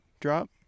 Drop